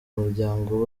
umuryango